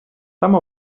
some